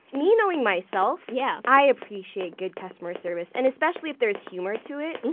me knowing myself, yeah i appreciate good customer service and especially if there's humor to it.